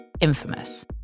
infamous